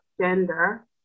gender